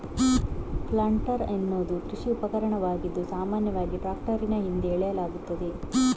planter ಎನ್ನುವುದು ಕೃಷಿ ಉಪಕರಣವಾಗಿದ್ದು, ಸಾಮಾನ್ಯವಾಗಿ ಟ್ರಾಕ್ಟರಿನ ಹಿಂದೆ ಎಳೆಯಲಾಗುತ್ತದೆ